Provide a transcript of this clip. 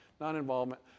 non-involvement